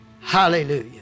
Hallelujah